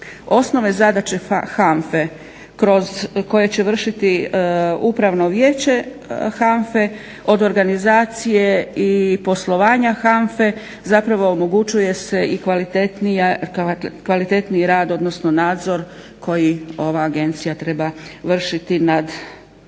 osnovne zadaće HANFA-e koje će vršiti Upravno vijeće HANFA-e od organizacije i poslovanja HANFA-e zapravo omogućuje se i kvalitetniji rad, odnosno nadzor koji ova agencija treba vršiti nad